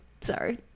Sorry